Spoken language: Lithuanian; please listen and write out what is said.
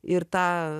ir tą